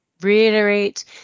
reiterate